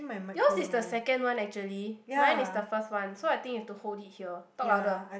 yours is the second one actually mine is the first one so I think you have to hold it here talk louder